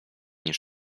niż